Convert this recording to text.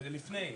לפני?